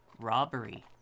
robbery